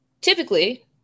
Typically